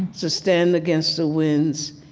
to stand against the winds